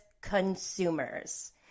consumers